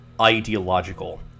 ideological